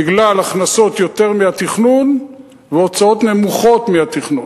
בגלל הכנסות גבוהות מהתכנון והוצאות נמוכות מהתכנון.